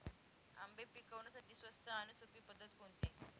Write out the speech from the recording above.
आंबे पिकवण्यासाठी स्वस्त आणि सोपी पद्धत कोणती?